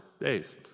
days